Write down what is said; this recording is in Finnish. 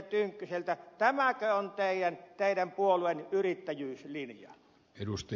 tynkkyseltä tämäkö on teidän puolueenne yrittäjyyslinja